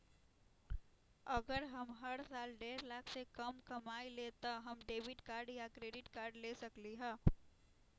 अगर हम हर साल डेढ़ लाख से कम कमावईले त का हम डेबिट कार्ड या क्रेडिट कार्ड ले सकली ह?